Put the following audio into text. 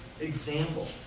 example